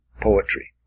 poetry